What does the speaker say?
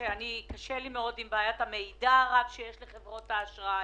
קשה לי מאוד עם בעיית המידע הרב שיש לחברות האשראי,